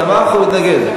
תמך או התנגד?